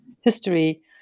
history